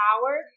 power